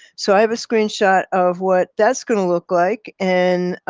so i have a screenshot of what that's going to look like. and